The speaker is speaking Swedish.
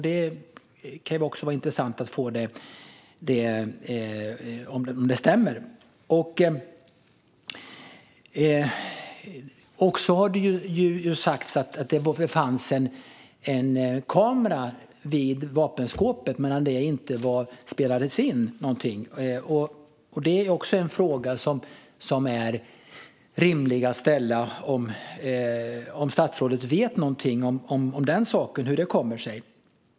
Det skulle vara intressant att få veta om det stämmer. Det har också sagts att det fanns en kamera vid vapenskåpet men att det inte spelades in någonting. Det är också en fråga som är rimlig att ställa - om statsrådet vet något om den saken, hur det kommer sig.